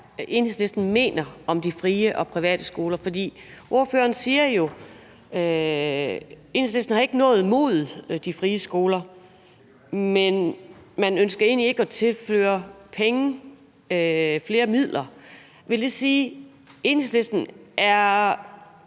Enhedslisten mener om de frie og private skoler, for ordføreren siger jo, at Enhedslisten ikke har noget imod de frie skoler; men man ønsker egentlig ikke at tilføre penge, flere midler. Vil det sige, at Enhedslisten er